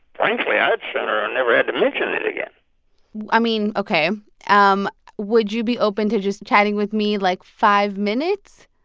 frankly, i'd sooner i never had to mention it again i mean, ok. um would you be open to just chatting with me, like, five minutes?